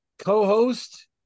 co-host